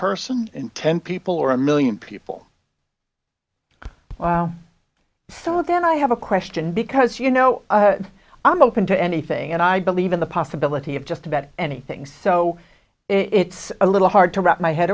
person in ten people or a million people wow so then i have a question because you know i'm open to anything and i believe in the possibility of just about anything so it's a little hard to wrap my head